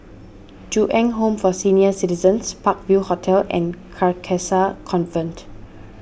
Ju Eng Home for Senior Citizens Park View Hotel and Carcasa Convent